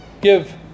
give